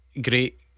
Great